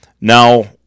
Now